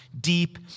deep